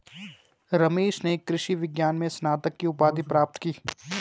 रमेश ने कृषि विज्ञान में स्नातक की उपाधि प्राप्त की